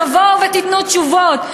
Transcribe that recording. תבואו ותיתנו תשובות.